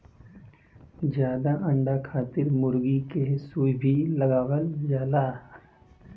जादा अंडा खातिर मुरगी के सुई भी लगावल जाला